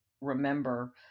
remember